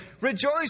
Rejoice